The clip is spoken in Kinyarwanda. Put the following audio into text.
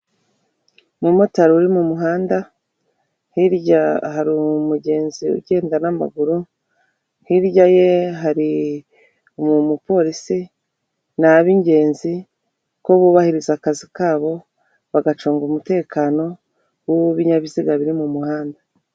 Umumotari uri mu muhanda, hirya hari umugenzi ugenda n'amaguru, hirya ye hari umuporisi, ni ab'ingenzi, kuko bubahiriza akazi kabo, bagacunga umutekano w'ibinyabiziga biri mu muhanda.